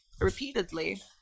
repeatedly